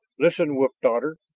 listen, wolf daughter,